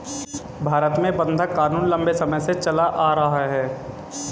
भारत में बंधक क़ानून लम्बे समय से चला आ रहा है